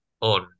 on